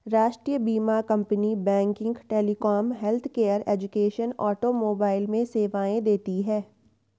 राष्ट्रीय बीमा company banking, telecom, healthcare, education, automobile में सेवाएं देती है